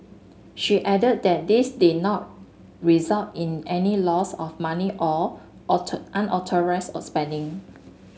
she added that this did not result in any loss of money or unauthorised of spending